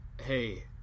hey